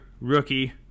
rookie